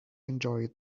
enjoyed